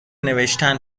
نوشتن